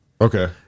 okay